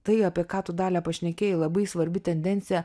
tai apie ką tu dalia pašnekėjai labai svarbi tendencija